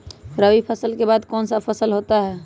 रवि फसल के बाद कौन सा फसल होता है?